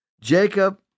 Jacob